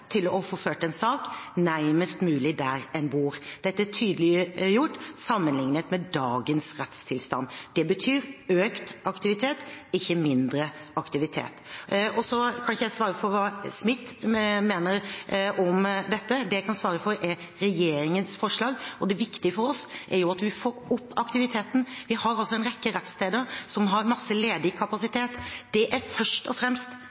til å få ført en sak nærmest mulig der en bor. Dette er tydeliggjort sammenlignet med dagens rettstilstand. Dette betyr økt aktivitet, ikke mindre aktivitet. Så kan ikke jeg svare for hva Smith mener om dette. Det jeg kan svare for, er regjeringens forslag, og det viktige for oss er at vi får opp aktiviteten. Vi har en rekke rettssteder som har masse ledig kapasitet. Det er først og fremst